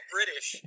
British